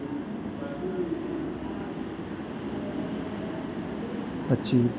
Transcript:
પછી